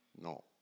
No